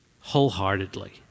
wholeheartedly